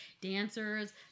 dancers